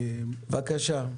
בבקשה.